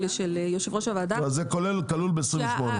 ושל יושב-ראש הוועדה --- זה כלול ב-28.